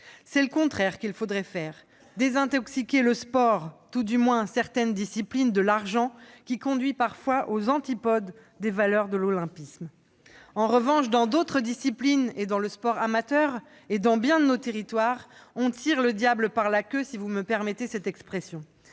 C'est le contraire qu'il faudrait faire : désintoxiquer le sport, tout au moins certaines disciplines, de l'argent, qui conduit parfois aux antipodes des valeurs de l'olympisme. En revanche, dans d'autres disciplines, dans le sport amateur, et ce dans nombre de nos territoires, on tire le diable par la queue, si vous me permettez l'expression.